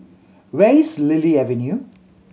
where is Lily Avenue